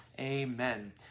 Amen